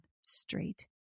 straight